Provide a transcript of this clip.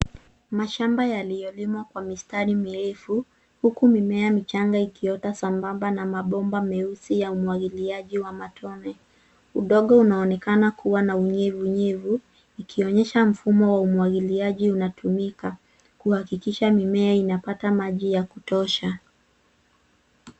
Mashamba yaliyolimwa kwa mistari mirefu, huku mimea michanga ikiota sambamba na mabomba meusi ya umwagiliaji wa matone. Udongo unaonekana kuwa na unyevunyevu, ikionyesha mfumo wa umwagiliaji unatumika kuhakikisha mimea inapata maji ya kutosha.